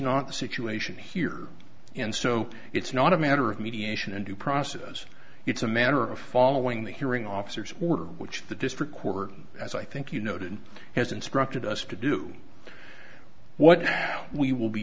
not the situation here and so it's not a matter of mediation and due process it's a matter of following the hearing officers order which the district court as i think you noted has instructed us to do what we will be